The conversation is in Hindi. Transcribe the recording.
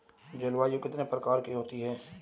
जलवायु कितने प्रकार की होती हैं?